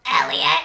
Elliot